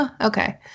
Okay